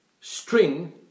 string